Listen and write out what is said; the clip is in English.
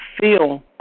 feel